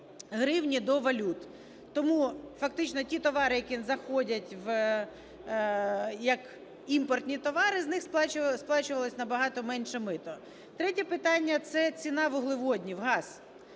гривні до валют. Тому фактично ті товари, які заходять як імпортні товари, з них сплачувалося набагато менше мито. Третє питання – це ціна вуглеводнів, газ.